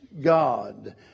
God